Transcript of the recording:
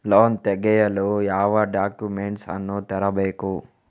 Loan ತೆಗೆಯಲು ಯಾವ documents ಅನ್ನು ತರಬೇಕು?